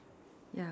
ya